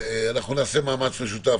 אנחנו נעשה מאמץ משותף.